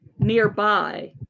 nearby